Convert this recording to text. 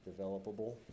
developable